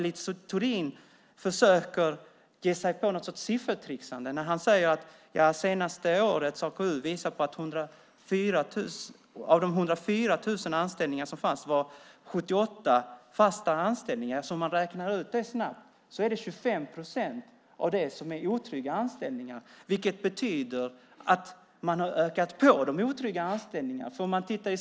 Littorin försöker ge sig på någon sorts siffertricksande och säger att AKU det senaste året visat att av de 104 000 anställningarna var 78 000 fasta anställningar. Om man räknar på det blir det 25 procent som är otrygga anställningar. Det betyder att de otrygga anställningarna ökat.